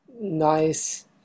nice